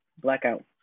blackout